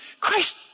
Christ